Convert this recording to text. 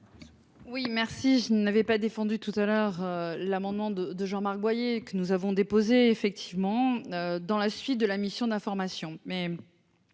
Oui, merci, je n'avais pas défendu tout à l'heure, l'amendement de de Jean-Marc Boyer, que nous avons déposé effectivement dans la suite de la mission d'information,